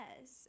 yes